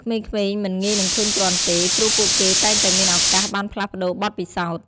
ក្មេងៗមិនងាយនឹងធុញទ្រាន់ទេ ព្រោះពួកគេតែងតែមានឱកាសបានផ្លាស់ប្តូរបទពិសោធន៍។